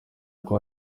kwa